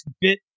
bit